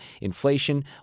Inflation